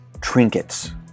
trinkets